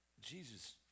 Jesus